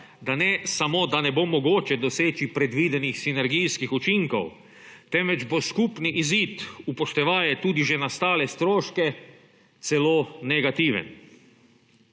da ne samo ne bo mogoče doseči predvidenih sinergijskih učinkov, temveč bo skupni izziv, upoštevaje tudi že nastale stroške, celo negativen.